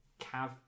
Cav